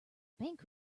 bank